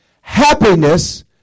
happiness